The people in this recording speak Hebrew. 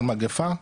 על מגפה,